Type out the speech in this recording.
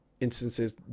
instances